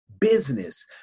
business